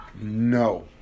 No